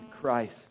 Christ